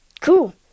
cool